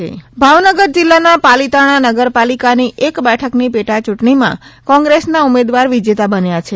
ચંટણી ભાવનગર જિલ્લાના પાલીતાણા નગર પાલિકાની એક બેઠકની પેટા ચૂંટણીમાં કોગ્રેસના ઉમદેવાર વિજેતા બન્યા છે